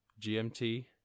GMT